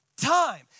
time